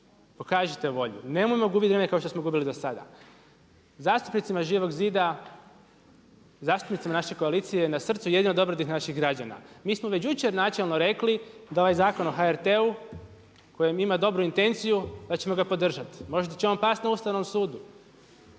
pokažete volju. Nemojmo gubiti vrijeme kao što smo gubili do sada. Zastupnicima Živog zida, zastupnicima naše koalicije je na srcu jedino dobrobit naših građana. Mi smo već jučer načelno rekli da ovaj Zakon o HRT-u koji ima dobru intenciju da ćemo ga podržati. Možda će on pasti na Ustavnom sudu.